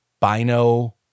Bino